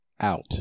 out